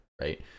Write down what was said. right